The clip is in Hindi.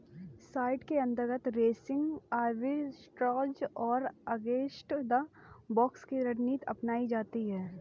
शार्ट के अंतर्गत रेसिंग आर्बिट्राज और अगेंस्ट द बॉक्स की रणनीति अपनाई जाती है